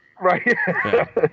Right